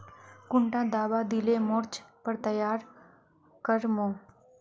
कुंडा दाबा दिले मोर्चे पर तैयारी कर मो?